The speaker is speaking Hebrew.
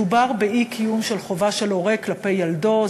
מדובר באי-קיום חובה של הורה כלפי ילדו.